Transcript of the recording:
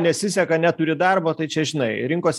nesiseka neturi darbo tai čia žinai rinkos